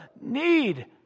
need